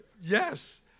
yes